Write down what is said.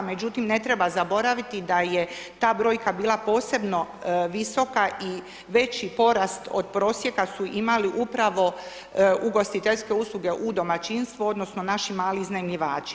Međutim, ne treba zaboraviti da je ta brojka bila posebno visoka i veći porast od prosjeka su imali upravo ugostiteljske usluge u domaćinstvu odnosno naši mali iznajmljivači.